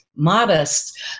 modest